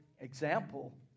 example